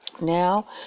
Now